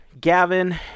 Gavin